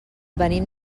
venim